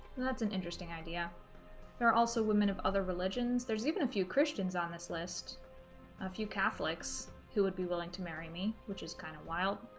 and that's an interesting idea there are also women of other religions there's even a few christians on this list a few catholics who would be willing to marry me which is kind of wild